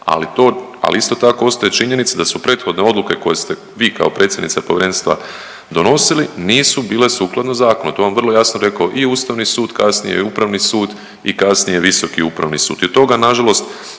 ali isto tako ostaje činjenica da su prethodne odluke koje ste vi kao predsjednica povjerenstva donosili nisu bile sukladno zakonu, to vam je vrlo jasno rekao i Ustavni sud, kasnije i Upravni sud i kasnije Visoki upravni sud i od toga nažalost